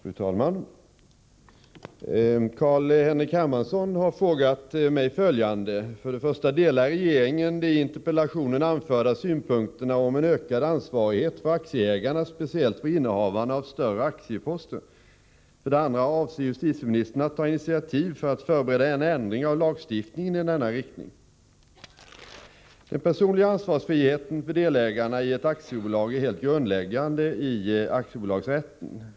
Fru talman! Carl-Henrik Hermansson har frågat mig följande: 1. Delar regeringen de i interpellationen anförda synpunkterna om en ökad ansvarighet för aktieägarna, speciellt för innehavarna av större aktieposter? 2. Avser justitieministern att ta initiativ för att förbereda en ändring av lagstiftningen i denna riktning? Den personliga ansvarsfriheten för delägarna i ett aktiebolag är helt grundläggande i aktiebolagsrätten.